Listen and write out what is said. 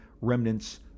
remnants